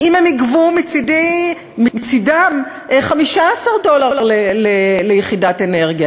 אם הם יגבו מצדם 15 דולר ליחידת אנרגיה.